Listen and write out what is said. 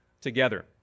together